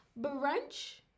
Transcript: brunch